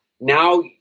now